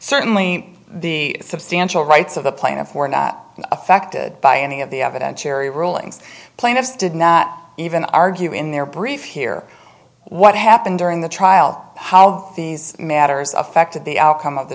certainly the substantial rights of the plaintiff were not affected by any of the evidentiary rulings plaintiffs did not even argue in their brief here what happened during the trial how these matters affected the outcome of the